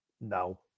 no